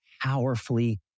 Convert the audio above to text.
powerfully